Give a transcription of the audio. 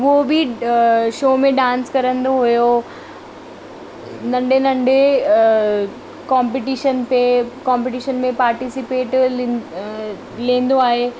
हो बि शो में डांस कंदो हुयो नन्ढे नन्ढे कॉम्पीटिशन ते कॉम्पीटिशन में पार्टीसिपेट लेंदो आहे